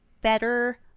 better